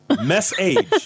Message